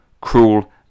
Cruel